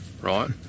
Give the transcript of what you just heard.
right